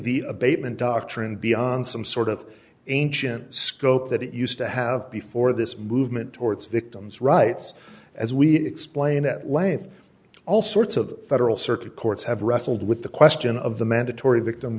the abatement doctrine beyond some sort of ancient scope that it used to have before this movement towards victims rights as we explain at length all sorts of federal circuit courts have wrestled with the question of the mandatory victim